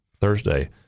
Thursday